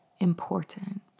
important